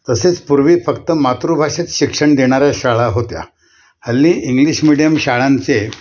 तसेच पूर्वी फक्त मातृभाषेत शिक्षण देणाऱ्या शाळा होत्या हल्ली इंग्लिश मिडियम शाळांचे